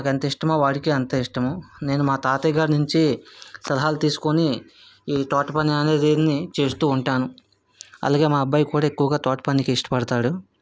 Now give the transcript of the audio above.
నాకు ఎంత ఇష్టమో వాడికి అంతె ఇష్టము నేను మా తాతయ్య గారి నుంచి సలహాలు తీసుకుని ఈ తోట పని అనే దాన్ని చేస్తూ ఉంటాను అలాగే మా అబ్బాయికి కూడా ఎక్కువగా తోట పనికి ఇష్టపడతాడు